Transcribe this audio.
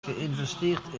geïnvesteerd